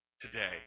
today